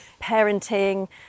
parenting